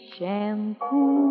Shampoo